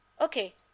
Okay